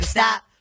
Stop